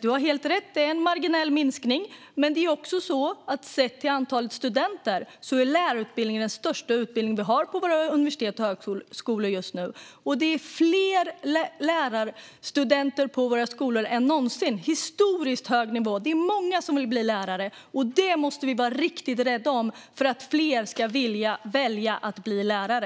Du har helt rätt i att det är en marginell minskning. Men sett till antalet studenter är lärarutbildningen den största utbildning vi har på våra universitet och högskolor just nu. Det är fler lärarstudenter på våra skolor än någonsin. Det är en historiskt hög nivå. Det är många som vill bli lärare. Det måste vi vara riktigt rädda om för att fler ska vilja välja att bli lärare.